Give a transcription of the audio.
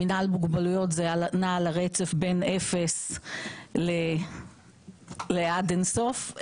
מינהל מוגבלויות נע על הרצף בין אפס לעד אין-סוף.